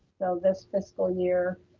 so this fiscal year,